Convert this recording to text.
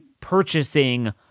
purchasing